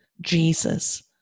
Jesus